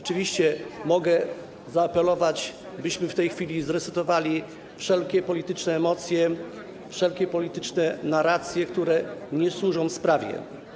oczywiście mogę zaapelować, byśmy w tej chwili zresetowali wszelkie polityczne emocje, wszelkie polityczne narracje, które nie służą sprawie.